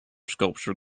sculpture